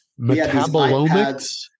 Metabolomics